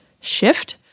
shift